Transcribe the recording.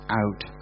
out